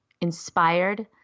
inspired